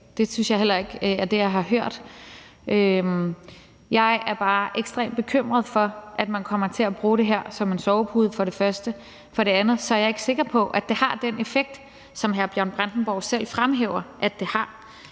Det synes jeg heller ikke er det, jeg har hørt. Jeg er bare ekstremt bekymret for, at man kommer til at bruge det her som en sovepude for det første, og for det andet er jeg ikke sikker på, at det har den effekt, som hr. Bjørn Brandenborg selv fremhæver at det har.